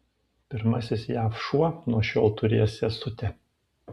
pirmasis jav šuo nuo šiol turės sesutę